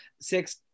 six